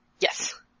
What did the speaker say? Yes